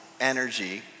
energy